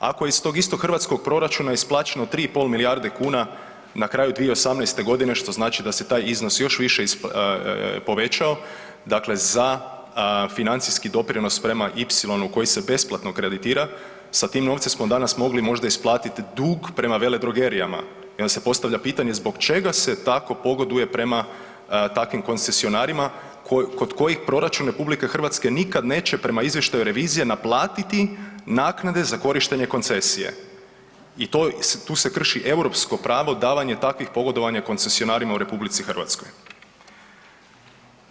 Ako je iz tog istog hrvatskog proračuna isplaćeno 3,5 milijarde kuna na kraju 2018.-te godine, što znači da se taj iznos još više povećao, dakle za financijski doprinos prema Y-onu koji se besplatno kreditira, sa tim novcem smo danas mogli možda isplatit dug prema veledrogerijama, i onda se postavlja pitanje zbog čega se tako pogoduje prema takvim koncesionarima kod kojih proračun Republike Hrvatske nikad neće prema izvještaju revizije, naplatiti naknade za korištenje koncesije, i tu se krši europsko pravo davanje takvih pogodovanja koncesionarima u Republici Hrvatskoj.